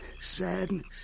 sadness